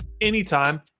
anytime